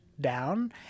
down